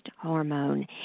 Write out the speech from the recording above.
hormone